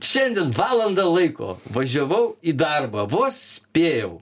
šiandien valandą laiko važiavau į darbą vos spėjau